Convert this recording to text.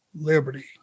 Liberty